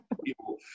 people